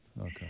Okay